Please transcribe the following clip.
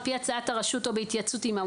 על פי הצעת הרשות או בהתייעצות עימה,